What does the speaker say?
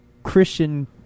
Christian